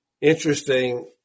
interesting